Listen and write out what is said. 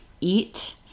eat